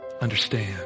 understand